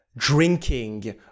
drinking